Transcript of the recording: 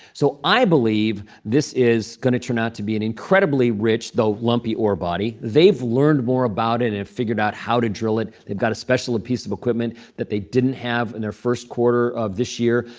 so i believe this is going to turn out to be an incredibly rich, though lumpy, ore body. they've learned more about it and figured out how to drill it. they've got a special a piece of equipment that they didn't have in their first quarter of this year,